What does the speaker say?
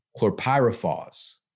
chlorpyrifos